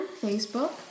Facebook